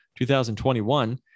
2021